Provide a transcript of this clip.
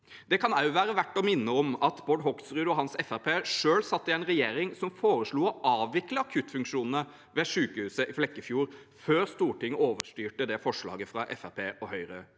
Det kan også være verdt å minne om at Bård Hoksrud og hans parti selv satt i en regjering som foreslo å avvikle akuttfunksjonene ved sykehuset i Flekkefjord, før Stortinget overstyrte det forslaget fra